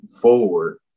forward